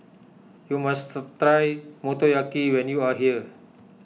you must try Motoyaki when you are here